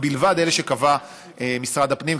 אלה שקבע משרד הפנים,